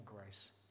grace